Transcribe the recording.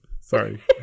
Sorry